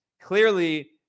Clearly